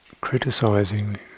criticizing